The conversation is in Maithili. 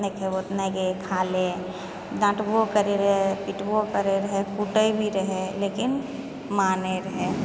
नहि खेबो नहि गे खाय लै डाँटबो करय रहय पिटबो करय रहय कुटय भी रहय लेकिन मानय रहय